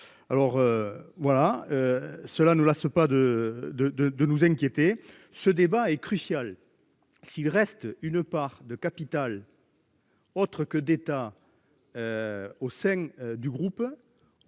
alors. Voilà. Cela nous lasse pas de de de de nous inquiéter. Ce débat est crucial. S'il reste une part de capital. Autre que d'État. Au sein du groupe.